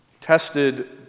tested